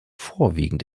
vorwiegend